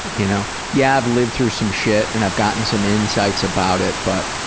you know. yeah, i have lived through some shit and have gotten some insights about it but